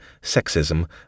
sexism